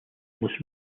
most